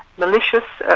malicious,